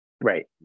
Right